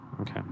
okay